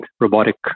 robotic